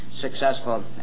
successful